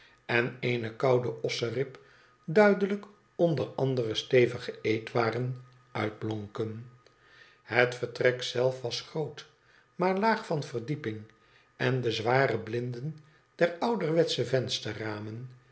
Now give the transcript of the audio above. en eene koude osserib duidelijk onder andere stevige eetwaren uitblonken het vertrek zelf was groot maar laag van verdieping en de zware blinden der ouderwetsche vensterramen